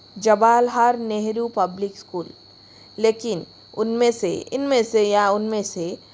Jawaharlal Nehru public school लेकिन उनमें से इनमें से या उनमें से